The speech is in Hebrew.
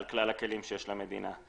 על כלל הכלים שיש למדינה.